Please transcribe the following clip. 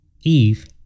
Eve